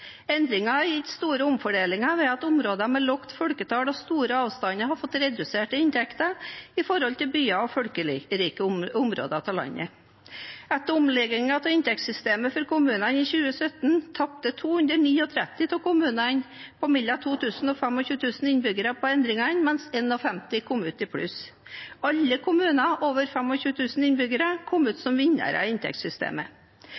Endringene har gitt store omfordelinger ved at områder med lavt folketall og store avstander har fått reduserte inntekter i forhold til byer og folkerike områder av landet. Etter omleggingen av inntektssystemet for kommunene i 2017 tapte 239 av kommunene på mellom 2 000 og 25 000 innbyggere på endringene, mens 51 kom i pluss. Alle kommuner over 25 000 innbyggere kom ut